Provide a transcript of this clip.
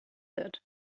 that